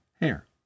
hair